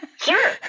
sure